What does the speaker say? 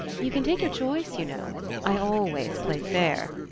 you can take your choice, you know i always play fair.